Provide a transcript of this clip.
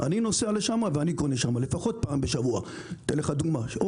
אני נוסע לשם לפחות פעם בשבוע וקונה שם.